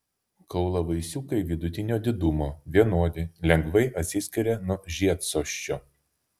kaulavaisiukai vidutinio didumo vienodi lengvai atsiskiria nuo žiedsosčio